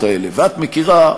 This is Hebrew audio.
ואת מכירה,